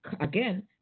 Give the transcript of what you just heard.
Again